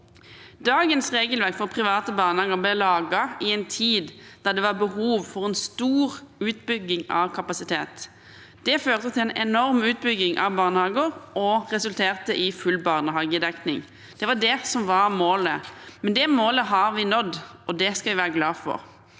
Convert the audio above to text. Dagens regelverk for private barnehager ble laget i en tid da det var behov for en stor utbygging av kapasitet. Det førte til en enorm utbygging av barnehager og resulterte i full barnehagedekning. Det var det som var målet. Men det målet har vi nådd, og det skal vi være glade for.